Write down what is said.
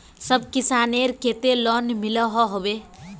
सब किसानेर केते लोन मिलोहो होबे?